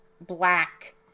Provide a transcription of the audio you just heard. black